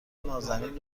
نازنین